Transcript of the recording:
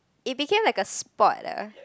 it became like a sport ah